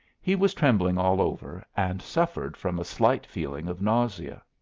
he was trembling all over, and suffered from a slight feeling of nausea.